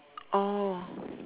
oh